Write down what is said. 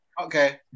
Okay